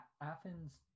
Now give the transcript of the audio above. Athens